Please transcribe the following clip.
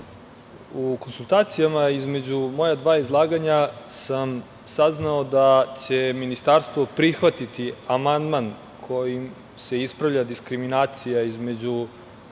u konsultacijama između moja dva izlaganja sam saznao da će ministarstvo prihvatiti amandman kojim se ispravlja diskriminacija između